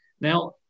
Now